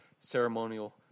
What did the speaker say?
Ceremonial